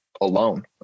alone